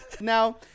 Now